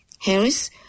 Harris